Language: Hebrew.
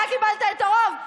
אתה קיבלת את הרוב?